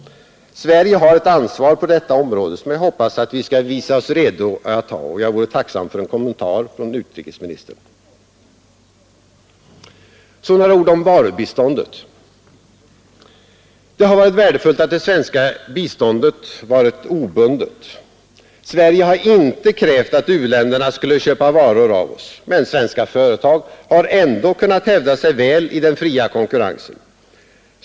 Sverige har ett ansvar på detta område som jag hoppas att vi skall visa oss redo att ta, och jag vore tacksam för en kommentar från utrikesministern. Så några ord om varubiståndet. Det har varit värdefullt att det svenska biståndet varit obundet. Sverige har inte krävt att u-länderna skulle köpa varor av oss, men svenska företag har ändå kunnat hävda sig väl i den fria konkurrensen.